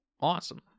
awesome